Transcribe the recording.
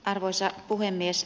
arvoisa puhemies